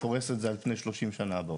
אתה פורס את זה על פני 30 השנים הבאות.